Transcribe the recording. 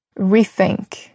rethink